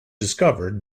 discovered